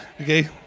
Okay